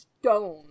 stone